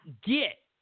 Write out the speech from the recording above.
get